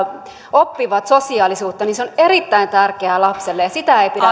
oppivat sosiaalisuutta on erittäin tärkeää lapselle ja sitä ei pidä